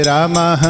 Rama